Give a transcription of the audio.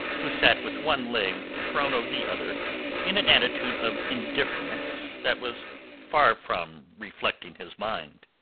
who sat with one leg thrown over the other in an attitude of indifference that was far from reflecting his mind.